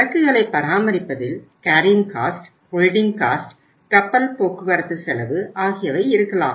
சரக்குகளை பராமரிப்பதில் carrying cost கப்பல் போக்குவரத்து செலவு ஆகியவை இருக்கலாம்